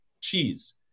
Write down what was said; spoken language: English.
cheese